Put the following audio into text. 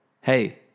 Hey